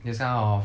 this kind of